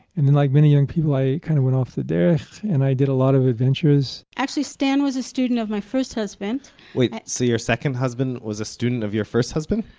and then like many young people i kind of went off the derech and i did a lot of adventures actually stan was a student of my first husband wait, so your second husband was a student of your first husband?